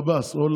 נתניהו